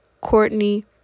Courtney